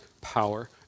power